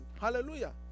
hallelujah